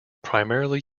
primarily